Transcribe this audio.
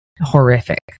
horrific